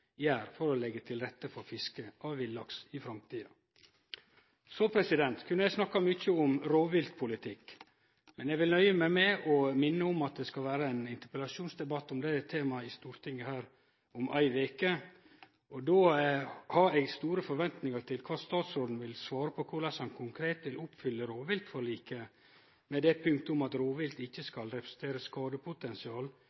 gjer for å leggje til rette for fiske av villaks i framtida. Så kunne eg ha snakka mykje om rovviltpolitikk, men eg vil nøye meg med å minne om at det skal vere ein interpellasjonsdebatt om det temaet her i Stortinget om ei veke, og då har eg store forventingar til kva statsråden vil svare på korleis han konkret vil oppfylle rovviltforliket på det punktet om at rovvilt ikkje